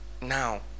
Now